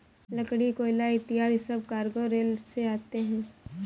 लकड़ी, कोयला इत्यादि सब कार्गो रेल से आते हैं